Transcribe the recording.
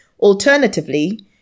Alternatively